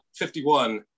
51